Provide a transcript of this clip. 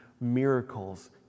miracles